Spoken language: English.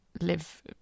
live